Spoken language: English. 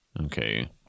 Okay